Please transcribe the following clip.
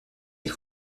est